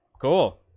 Cool